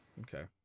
Okay